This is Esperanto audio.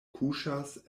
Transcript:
kuŝas